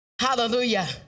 Hallelujah